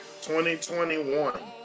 2021